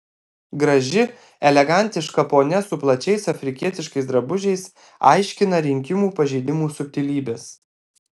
graži elegantiška ponia su plačiais afrikietiškais drabužiais aiškina rinkimų pažeidimų subtilybes